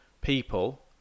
people